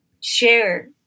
share